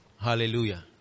Hallelujah